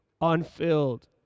unfilled